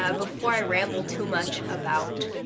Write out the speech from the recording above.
ah before i ramble too much about,